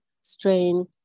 strain